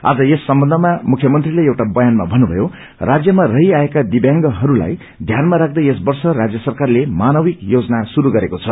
आज यस सम्बन्धमा मुख्यमंत्रीले एउटा बयानमा भन्नुभयो राजयमा रहीआएका दिव्यांगहरूलाई ध्यानमा राख्दै यस वर्ष राजय सरकारले मानविक योजना शुरू गरेको छ